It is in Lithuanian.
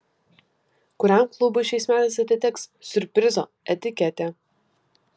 kuriam klubui šiais metais atiteks siurprizo etiketė